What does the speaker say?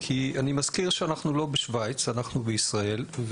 כי אני מזכיר שאנחנו לא בשוויץ, אנחנו בישראל.